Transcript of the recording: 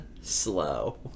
Slow